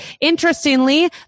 Interestingly